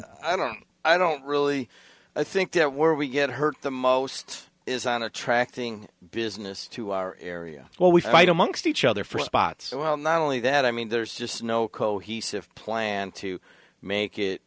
i don't i don't really think that we're we get hurt the most is on attracting business to our area what we fight amongst each other for spots well not only that i mean there's just no cohesive plan to make it